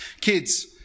Kids